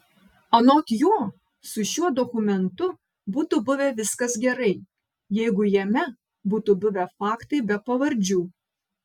anot jo su šiuo dokumentu būtų buvę viskas gerai jeigu jame būtų buvę faktai be pavardžių